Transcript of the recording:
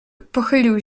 pochylił